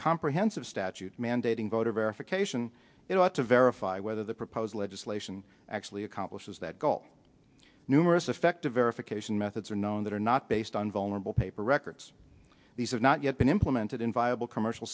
comprehensive statute mandating voter verification it ought to verify whether the proposed legislation actually accomplishes that goal numerous effective verification methods are known that are not based on vulnerable paper records these have not yet been implemented in viable commercial